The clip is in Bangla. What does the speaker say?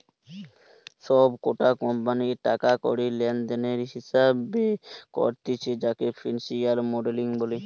সব কটা কোম্পানির টাকা কড়ি লেনদেনের হিসেবে করতিছে যাকে ফিনান্সিয়াল মডেলিং বলে